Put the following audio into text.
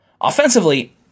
Offensively